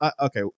okay